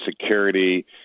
security